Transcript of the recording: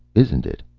isn't it?